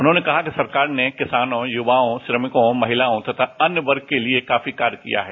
उन्होंने कहा कि सरकार ने किसानों युवाओं श्रमिकों महिलाओं तथा अन्य वर्गों के लिए काफी कार्य किया है